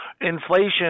inflation